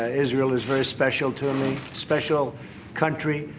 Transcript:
ah israel is very special to me. special country,